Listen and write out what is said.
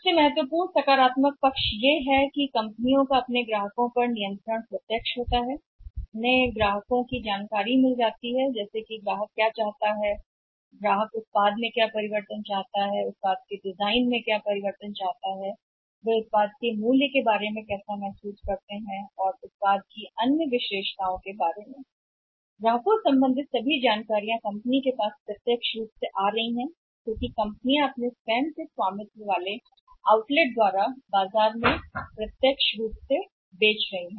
यहाँ मुख्य सकारात्मक पक्ष यह है कि कंपनियों का ग्राहकों पर नियंत्रण प्रत्यक्ष है ग्राहक चाहते हैं कि उत्पाद ग्राहकों में क्या बदलाव आए और उत्पाद के डिजाइन में क्या बदलाव आए ग्राहक चाहते हैं और वे उत्पाद की कीमत और अन्य विशेषताओं के बारे में कैसा महसूस कर रहे हैं उत्पाद से संबंधित सभी ग्राहक सीधे कंपनी में आ रहे हैं क्योंकि कंपनियां सीधे बाजार में आउटलेट पर स्वामित्व वाली अपनी कंपनी के माध्यम से सीधे बिक्री